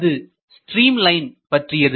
அது streamline பற்றியது